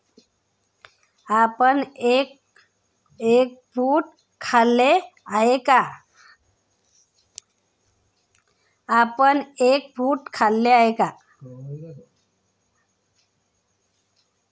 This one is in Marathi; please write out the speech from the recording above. आपण एग फ्रूट खाल्ले आहे का?